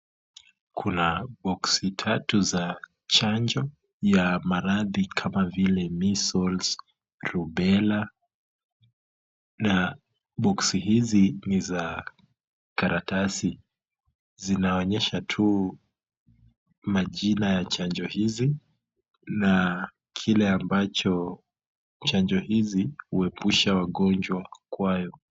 Kuna box tatu za chanjo ya maradhi kama vile measles rubella na box hizi ni za karatasi. Zinaonyesha tu majina ya chanjo hizi na kile ambacho chanzo hizi huepusha wagonjwa kwayo.